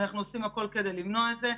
אנחנו עושים הכול כדי למנוע את זה.